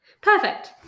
Perfect